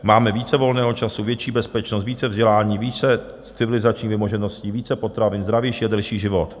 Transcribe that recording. Máme více volného času, větší bezpečnost, více vzdělání, více civilizačních vymožeností, více potravin, zdravější a delší život.